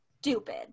stupid